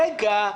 רגע.